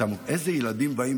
איזה ילדים באים.